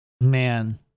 man